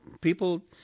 people